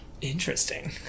Interesting